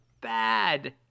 bad